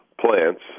plants